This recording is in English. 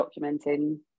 documenting